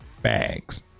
bags